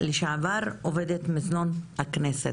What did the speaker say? לשעבר עובדת במזנון הכנסת.